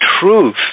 truth